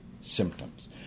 symptoms